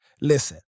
Listen